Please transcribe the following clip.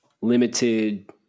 limited